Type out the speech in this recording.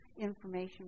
information